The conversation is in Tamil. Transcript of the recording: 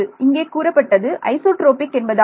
இங்கே கூறப்பட்டது ஐசோட்ரோபிக் என்பதாகும்